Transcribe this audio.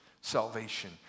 salvation